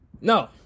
No